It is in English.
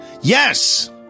Yes